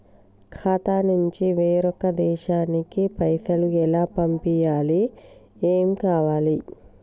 ఖాతా నుంచి వేరొక దేశానికి పైసలు ఎలా పంపియ్యాలి? ఏమేం కావాలి?